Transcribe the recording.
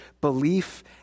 belief